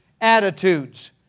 attitudes